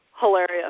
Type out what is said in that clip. hilarious